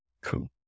Cool